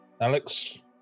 Alex